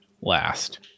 last